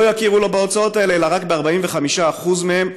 לא יכירו לו בהוצאות האלה אלא רק ב-45% מהן.